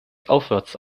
aufwärts